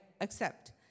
accept